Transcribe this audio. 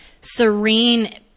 serene